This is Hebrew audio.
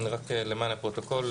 רק למען הפרוטוקול,